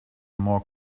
more